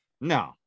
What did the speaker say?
No